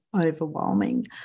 overwhelming